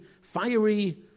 fiery